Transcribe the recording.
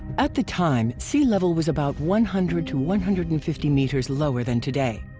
at the time, sea level was about one hundred to one hundred and fifty meters lower than today.